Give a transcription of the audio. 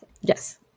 Yes